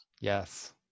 Yes